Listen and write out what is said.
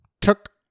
took